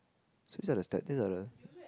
so it's like the stat this are the